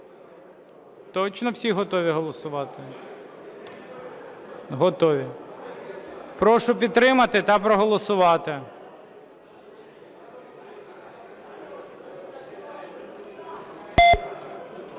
Точно всі готові голосувати? Готові. Прошу підтримати та проголосувати.